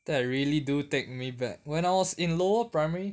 that really do take me back when I was in lower primary